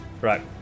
right